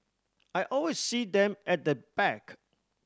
I always see them at the back